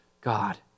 God